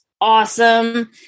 awesome